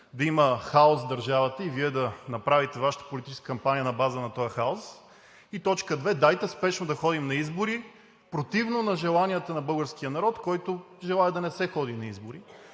да има хаос в държавата и Вие да направите политическата си кампания на база на този хаос. Точка две – дайте спешно да ходим на избори, противно на желанията на българския народ, който желае да не се ходи на избори.